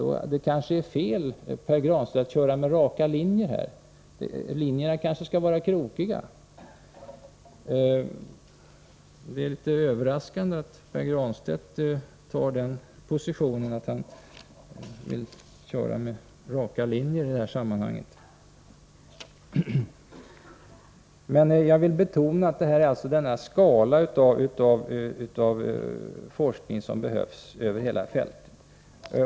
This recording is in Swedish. Därför är det kanske fel, Pär Granstedt, att köra med raka linjer här. Linjerna skall kanske vara krokiga. Det är litet överraskande att Pär Granstedt intar den positionen att han vill köra med raka linjer i det här sammanhanget. Jag vill betona den skala av forskning som behövs över hela fältet.